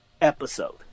episode